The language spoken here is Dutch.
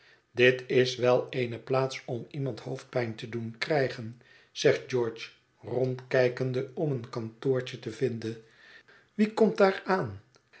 dit is wel eene plaats om iemand hoofdpijn te doen krijgen zegt george rondkijkende om een kantoortje te vinden wie komt daar aan